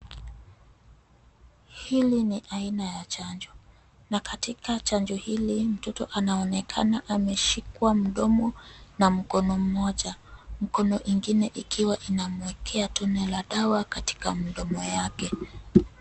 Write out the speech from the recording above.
Hili ni aina ya chanjo na katika chanjo hili mtoto anaonekana ameshikwa mdomo na mkono mmoja. Mkono ingine ikiwa inamwekea tone la dawa katika mdomo yake.